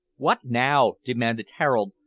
what now? demanded harold,